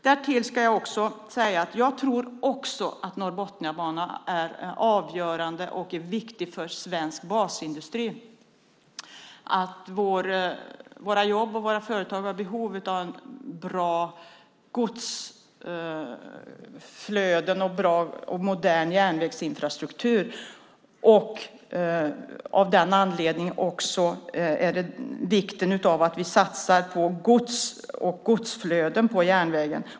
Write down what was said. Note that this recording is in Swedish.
Därtill ska jag säga att jag också tror att Norrbotniabanan är avgörande och viktig för svensk basindustri och att våra jobb och våra företag har behov av bra godsflöden och modern järnvägsinfrastruktur. Av den anledningen är det viktigt att vi satsar på gods och godsflöden på järnvägen.